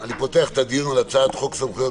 אני פותח את הדיון בנושא: הצעת חוק סמכויות